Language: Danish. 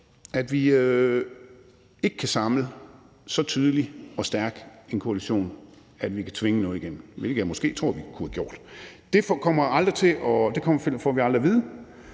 at vi ikke kan samle så tydelig og stærk en koalition, at vi kan tvinge noget igennem, hvilket jeg måske tror at vi kunne have gjort. Det får vi aldrig at vide.